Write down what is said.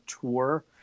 tour